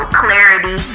clarity